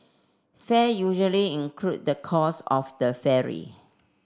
fare usually include the cost of the ferry